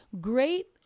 great